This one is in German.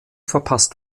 verpasst